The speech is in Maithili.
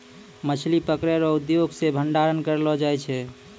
मछली पकड़ै रो उद्योग से भंडारण करलो जाय छै